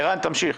ערן, תמשיך.